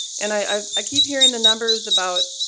and i ah keep hearing the numbers about,